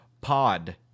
pod